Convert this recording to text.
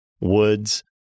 woods